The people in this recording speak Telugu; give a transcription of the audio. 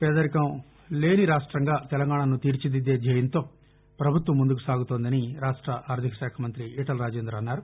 పేదరికం లేని రాష్టంగా తెలంగాణను తీర్చిదిద్దే ధ్యేయంతో పభుత్వం ముందుకు సాగుతోందని రాష్ట ఆర్దికశాఖ మంత్రి ఈటెల రాజేందర్ అన్నారు